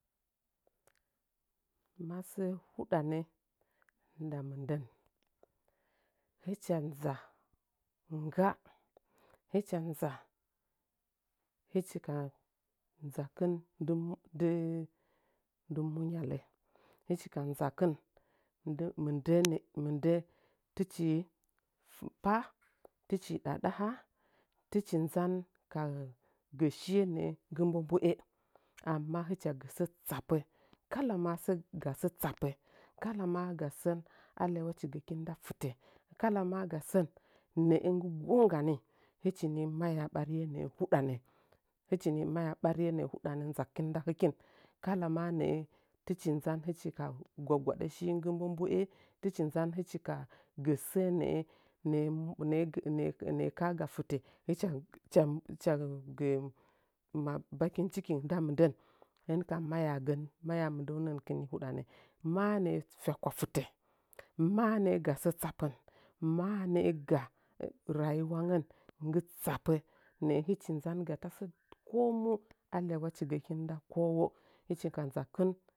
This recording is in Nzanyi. Ma səə hudənə nda mɨndən, hɨdha nza ngga, hɨcha nza hɨchi ka nzaken “dɨ mu – dɨ di mu ng yalə hɨchi ka nzakin “dɨ-milndəə nə’ə-mɨndəə tɨchii pah, tɨchi ɗadəha, tɨchi nzan ka gə shiya nə’ə nggɨ mbombo’e emma hɨcha gə sə tsapə kala maa “sə ga səəa tsapə” kala maa ga sən alyaulachifəkin nda fɨtə, kala maa ga sən nə’ə nggi gongga nii, hɨchini maya ɓariye nə’ə hudanə, hɨchi nii maya ɓariyeŋə’ə hudanə nzakin nda hɨkin, kala ma nə’ə tɨchi nzan hɨchi ka gwaguladəshi nggi mbobo’e tɨchi nzan hɨchi kagə səə nə’ə nə’ə nə’ə nə’ə ka’aga fitə hɨcha gə bakin ciki nda mɨndə dəunəngənkin nii hudanə, maa nə’ə fyakwa fɨtə maa nə’ə ga sə tsapən, maa nə’ə ga rayuulangən nggɨ tsapə nə’ə hɨchi nzanga tasə komu alyawachigəkin nda kowo hɨchi ka ndzakɨn.